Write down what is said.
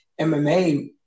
MMA